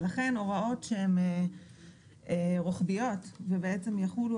ולכן הוראות שהן רוחביות ובעצם יחולו